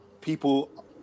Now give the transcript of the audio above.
people